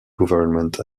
government